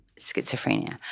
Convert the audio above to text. schizophrenia